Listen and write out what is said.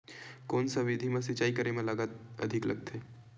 कोन सा विधि म सिंचाई करे म लागत अधिक लगथे?